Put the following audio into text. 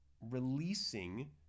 releasing